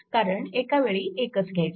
कारण एकावेळी एकच घ्यायचा